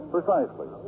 Precisely